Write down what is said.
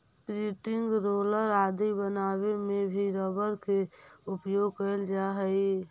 printing roller आदि बनावे में भी रबर के उपयोग कैल जा हइ